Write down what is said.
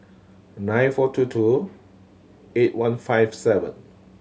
nine four two two eight one five seven